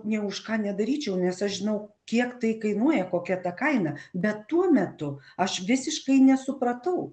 nė už ką nedaryčiau nes aš žinau kiek tai kainuoja kokia ta kaina bet tuo metu aš visiškai nesupratau